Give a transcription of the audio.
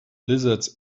lizards